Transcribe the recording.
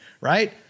right